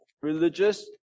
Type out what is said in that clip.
religious